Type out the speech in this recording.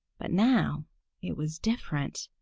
but now it was different.